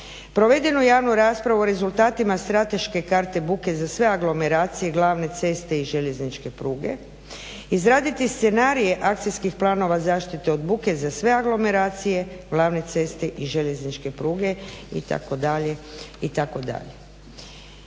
provedenu javnu raspravu o rezultatima strateške karte buke za sve aglomeracije, glavne ceste i željezničke pruge, izraditi scenarije akcijskih planova zaštite od buke za sve aglomeracije, glavne ceste i željezničke pruge itd.,